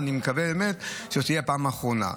אני באמת מקווה שזאת תהיה הפעם האחרונה.